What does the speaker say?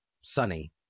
sunny